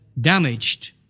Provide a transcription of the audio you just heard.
damaged